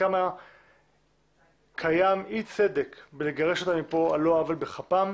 וכמה קיים אי-צדק בלגרש אותם מפה על לא עוול בכפם.